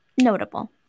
notable